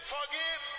forgive